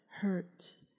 hurts